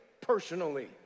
personally